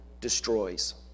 destroys